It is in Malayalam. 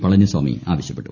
പളനിസ്വാമി ആവശ്യപ്പെട്ടു